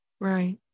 Right